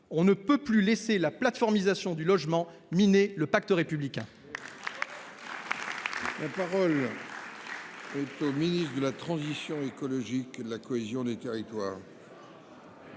On ne peut plus laisser la « plateformisation » du logement miner le pacte républicain ! La parole est à M. le ministre de la transition écologique et de la cohésion des territoires.